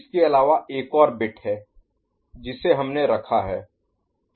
इसके अलावा एक और बिट है जिसे हमने रखा है